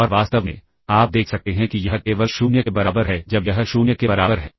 और वास्तव में आप देख सकते हैं कि यह केवल 0 के बराबर है जब यह 0 के बराबर है